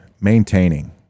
maintaining